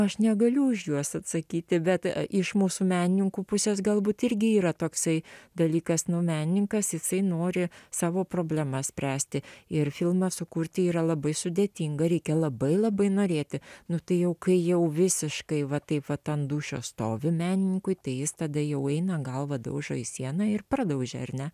aš negaliu už juos atsakyti bet iš mūsų menininkų pusės galbūt irgi yra toksai dalykas nu menininkas jisai nori savo problemas spręsti ir filmą sukurti yra labai sudėtinga reikia labai labai norėti nu tai jau kai jau visiškai va taip vat ant dūšios stovi menininkui tai jis tada jau eina galvą daužo į sieną ir pradaužia ar ne